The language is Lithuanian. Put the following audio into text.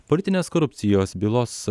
politinės korupcijos bylos